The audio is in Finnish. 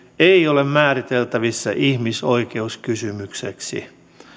ei ole määriteltävissä ihmisoikeuskysymykseksi